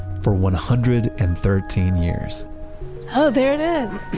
for one hundred and thirteen years oh! there it is.